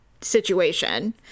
Situation